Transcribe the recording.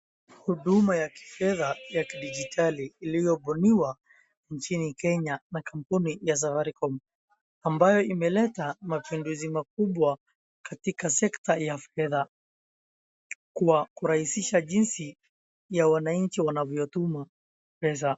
Huduma ya Kenya ya kidijitali iliyobuniwa nchini Kenya na kampuni ya safaricom ambayo imeleta mapinduzi makubwa katika sekta ya fedha kuwa kurahisisha jinsi ya wananchi wanavyotuma pesa.